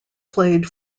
played